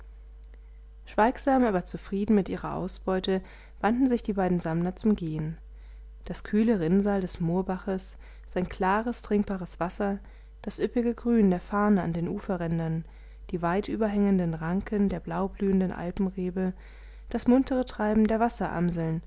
schweigsam aber zufrieden mit ihrer ausbeute wandten sich die beiden sammler zum gehen das kühle rinnsal des moorbaches sein klares trinkbares wasser das üppige grün der farne an den uferrändern die weitüberhängenden ranken der blaublühenden alpenrebe das muntere treiben der